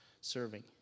serving